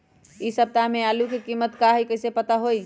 इ सप्ताह में आलू के कीमत का है कईसे पता होई?